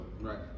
Right